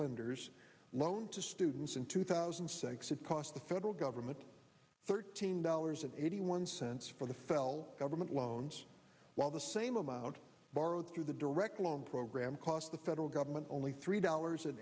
lenders loan to students in two thousand and six it cost the federal government thirteen dollars and eighty one cents for the fell government loans while the same amount borrowed through the direct loan program cost the federal government only three dollars and